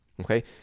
okay